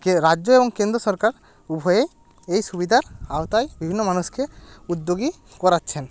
রাজ্য এবং কেন্দ্র সরকার উভয়ে এই সুবিধার আওতায় বিভিন্ন মানুষকে উদ্যোগী করাচ্ছেন